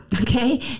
okay